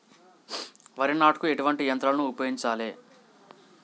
వరి నాటుకు ఎటువంటి యంత్రాలను ఉపయోగించాలే?